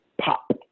pop